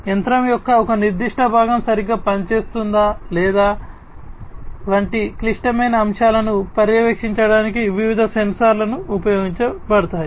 యంత్రం యొక్క ఒక నిర్దిష్ట భాగం సరిగ్గా పనిచేస్తుందా లేదా వంటి క్లిష్టమైన అంశాలను పర్యవేక్షించడానికి వివిధ సెన్సార్లు ఉపయోగించబడతాయి